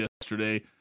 yesterday